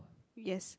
yes